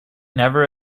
never